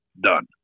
Done